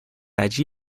allí